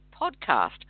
podcast